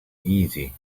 easy